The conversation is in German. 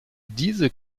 diese